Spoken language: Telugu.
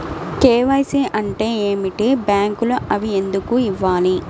కే.వై.సి అంటే ఏమిటి? బ్యాంకులో అవి ఎందుకు ఇవ్వాలి?